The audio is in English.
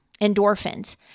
Endorphins